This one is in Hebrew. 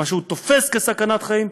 מה שהוא תופס כסכנת חיים,